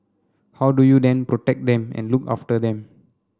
how do you then protect them and look after them